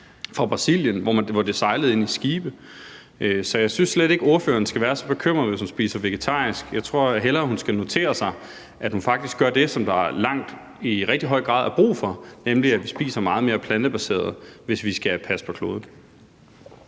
fra Brasilien, og det bliver sejlet ind med skibe. Så jeg synes slet ikke, ordføreren skal være så bekymret, hvis hun spiser vegetarisk. Jeg tror hellere, hun skal notere sig, at hun faktisk gør det, som der i rigtig høj grad er brug for, nemlig at vi spiser meget mere plantebaseret, hvis vi skal passe på kloden.